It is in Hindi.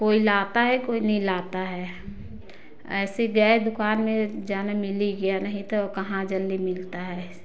कोई लाता है कोई नहीं लाता है ऐसे गए दुकान में जाने मिल ही गया नहीं तो कहाँ जल्दी मिलता है